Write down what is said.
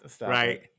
right